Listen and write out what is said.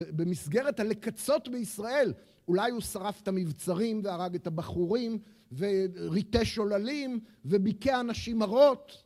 במסגרת הלקצות בישראל, אולי הוא שרף את המבצרים והרג את הבחורים וריטש עוללים וביקע נשים הרות